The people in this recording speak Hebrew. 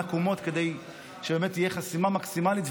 הקומות כדי שבאמת תהיה חסימה מקסימלית,